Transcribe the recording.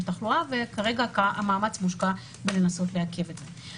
תחלואה וכרגע המאמץ מושקע בלנסות לעכב את זה.